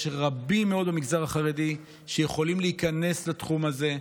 יש רבים מאוד במגזר החרדי שיכולים להיכנס לתחום הזה.